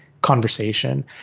conversation